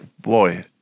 boy